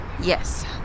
Yes